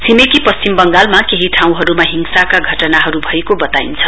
छिमेकी पश्चिम बङ्गालमा केही ठाउँहरूमा हिंसाका घटनाहरू भएको बताइन्छ